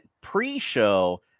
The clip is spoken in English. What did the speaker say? pre-show